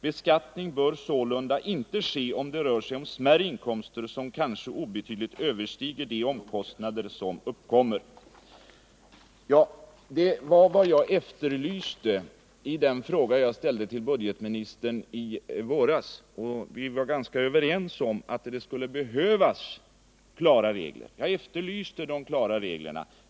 ”Beskattning bör sålunda inte ske, om det rör sig om smärre inkomster, som kanske obetydligt överstiger de omkostnader som uppkommer.” Vad jag efterlyste i den fråga jag ställde till budgetministern i våras var klara gränsdragningsregler. Vi var då överens om att det skulle behövas klara regler.